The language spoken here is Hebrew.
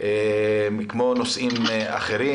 כמו נושאים אחרים,